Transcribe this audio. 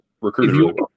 recruited